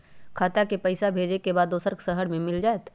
खाता के पईसा भेजेए के बा दुसर शहर में मिल जाए त?